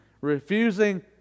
refusing